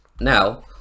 Now